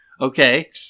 Okay